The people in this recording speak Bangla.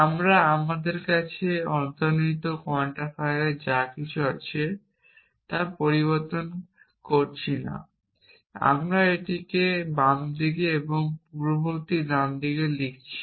আমরা আমাদের কাছে অন্তর্নিহিত কোয়ান্টিফায়ারে যা কিছু আছে তা পরিবর্তন করছি না এবং আমরা এটিকে বাম দিকে এবং পূর্ববর্তী ডানদিকে লিখছি